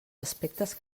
aspectes